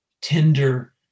tender